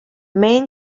main